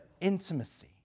intimacy